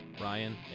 Ryan